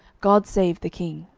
god save the king.